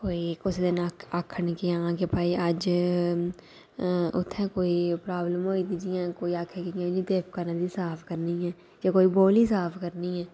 होर भई कुसै नै आक्खन निं भाई अज्ज उत्थै कोई प्राब्लम होई दी जि'यां कोई आक्खै जि'यां देविका नदी साफ करनी ऐ के कोई बौली साफ करनी ऐ